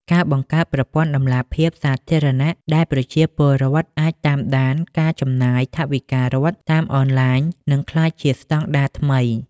ការបង្កើតប្រព័ន្ធតម្លាភាពសាធារណៈដែលប្រជាពលរដ្ឋអាចតាមដានការចំណាយថវិការដ្ឋតាមអនឡាញ នឹងក្លាយជាស្តង់ដារថ្មី។